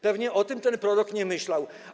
Pewnie o tym ten prorok nie myślał.